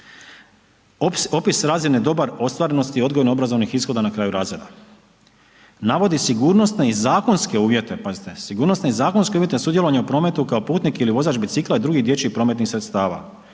Opis razine dobar, ostvarenosti i odgojno obrazovnih ishoda na kraju razreda, navodi sigurnosne i zakonske uvjete, pazite sigurnosne i zakonske uvjete sudjelovanja u prometu kao putnik ili vozač bicikla i drugih dječjih prometnih sredstava,